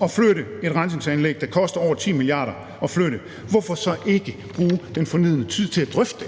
og flytte et rensningsanlæg, der koster over 10 mia. kr. at flytte, hvorfor så ikke bruge den fornødne tid til at drøfte